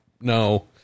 No